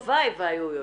הלוואי והיו יושבות.